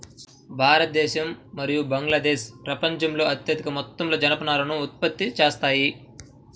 భారతదేశం మరియు బంగ్లాదేశ్ ప్రపంచంలో అత్యధిక మొత్తంలో జనపనారను ఉత్పత్తి చేస్తాయి